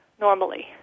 normally